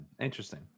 Interesting